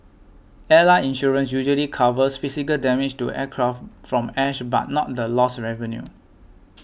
airline insurance usually covers physical damage to aircraft from ash but not the lost revenue